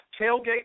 tailgate